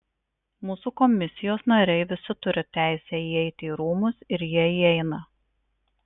mūsų komisijos nariai visi turi teisę įeiti į rūmus ir jie įeina